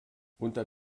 unter